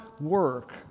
work